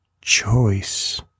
choice